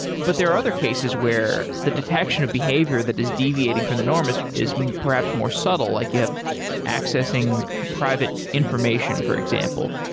but there are other cases where the detection of behavior that is deviating from the norm is is perhaps more subtle, like you have accessing private information, for example.